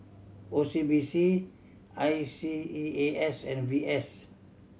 O C B C I C E A S and V S